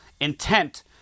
intent